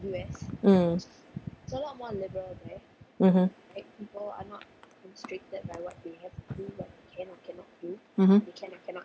mm mmhmm mmhmm